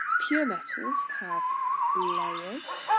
pure metals have layers.